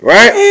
Right